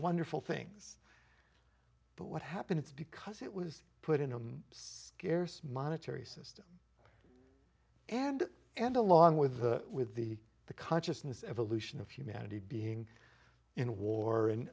wonderful things but what happened it's because it was put in a scarce monetary system and and along with the with the the consciousness evolution of humanity being in a war